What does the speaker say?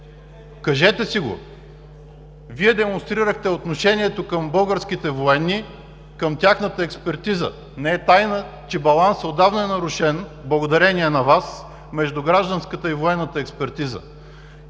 Кажете си го. Демонстрирахте отношението към българските военни, към тяхната експертиза. Не е тайна, че балансът отдавна е нарушен, благодарение на Вас, между гражданската и военната експертиза.